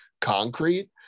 concrete